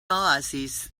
oasis